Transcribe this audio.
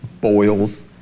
boils